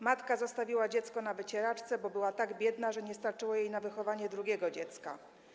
Matka zostawiła dziecko na wycieraczce, bo była tak biedna, że nie starczyło jej na wychowanie drugiego dziecka.